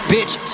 Bitch